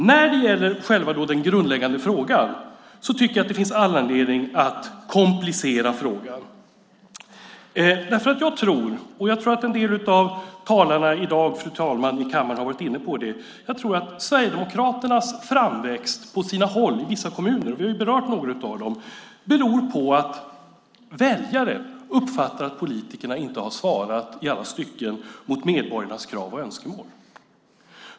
När det gäller den grundläggande frågan tycker jag att det finns all anledning att komplicera den. Jag tror att, som en del av talarna i dag har varit inne på, Sverigedemokraternas framväxt i vissa kommuner - vi har berört några av dem - beror på att väljare uppfattar att politiker inte i alla stycken har svarat mot medborgarnas krav och önskemål.